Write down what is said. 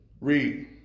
Read